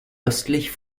östlich